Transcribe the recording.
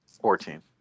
fourteen